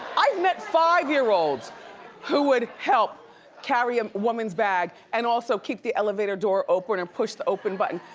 i've met five year olds who would help carry a woman's bag and also keep the elevator door open and push the open button.